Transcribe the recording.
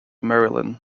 maryland